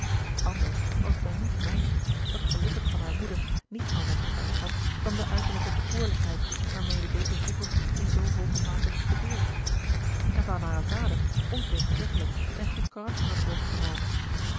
anders was het een lief meisje dat gelukkig van hare moeder niet anders geërfd had dan de uiterlijke bekoorlijkheid waarmede deze vroeger in zoo hooge mate was bedeeld george een ongeluksvogel en van haren vader ontegenzeggelijk zijn goed karakter had overgenomen